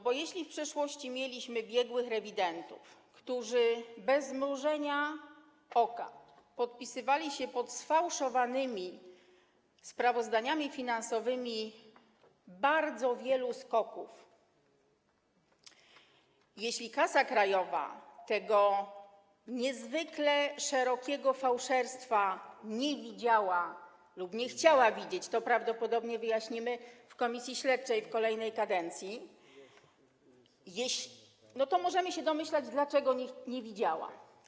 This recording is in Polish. Bo jeśli w przeszłości mieliśmy biegłych rewidentów, którzy bez mrugnięcia okiem podpisywali się pod sfałszowanymi sprawozdaniami finansowymi bardzo wielu SKOK-ów, jeśli kasa krajowa tego niezwykle szerokiego fałszerstwa nie widziała lub nie chciała widzieć - to prawdopodobnie wyjaśnimy w komisji śledczej w kolejnej kadencji - a możemy się domyślać, dlaczego nie widziała.